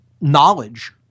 knowledge